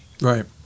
Right